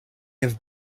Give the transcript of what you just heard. have